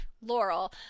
Laurel